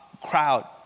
crowd